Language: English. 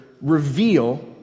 reveal